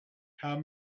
how